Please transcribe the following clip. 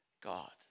God